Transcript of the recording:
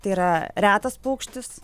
tai yra retas paukštis